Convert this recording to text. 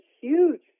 huge